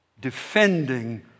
Defending